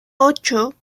ocho